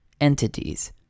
entities